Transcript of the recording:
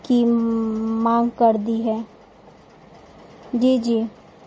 کی مانگ کر دی ہے جی جی